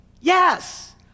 Yes